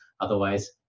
Otherwise